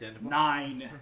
nine